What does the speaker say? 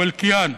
אבו אלקיעאן.